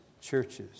churches